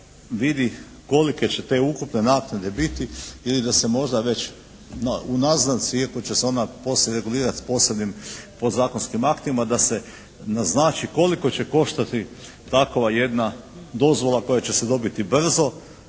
se vidi kolike će te ukupne naknade biti ili da se možda već u naznaci, iako će se onda poslije regulirati posebnim podzakonskim aktima da se naznači koliko će koštati takova jedna dozvola koja će se dobiti brzo,